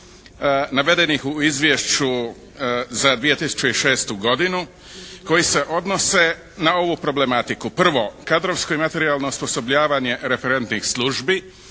navedenih u izvješću za 2006. godinu koji se odnose na ovu problematiku. Prvo, kadrovsko i materijalno osposobljavanje referentnih službi.